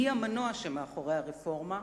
והיא המנוע שמאחורי הרפורמה.